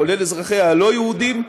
כולל אזרחיה הלא-יהודים,